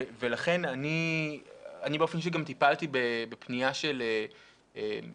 אני באופן אישי גם טיפלתי בפנייה של מישהי